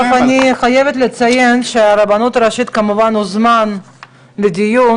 אני חייבת לציין שהרבנות הראשית הוזמנה לדיון,